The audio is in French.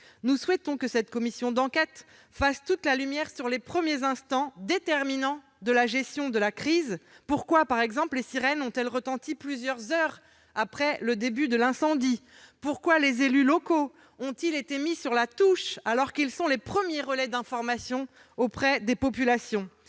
Nous souhaitons que cette commission d'enquête fasse toute la lumière sur les premiers instants- déterminants -de la gestion de la crise. Pourquoi les sirènes ont-elles retenti plusieurs heures après le début de l'incendie ? Pourquoi les élus locaux ont-ils été mis sur la touche, alors qu'ils sont les premiers relais d'information auprès des populations ?